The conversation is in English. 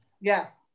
Yes